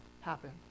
happen